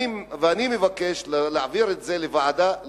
אני מבקש להעביר את הנושא לוועדה,